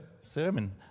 sermon